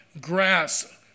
grass